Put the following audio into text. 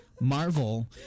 Marvel